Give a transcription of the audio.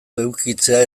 edukitzea